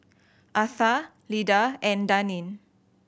Atha Lyda and Daneen